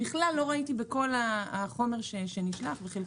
בכלל לא ראיתי בכל החומר שנשלח שום